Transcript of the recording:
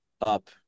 up